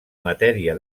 matèria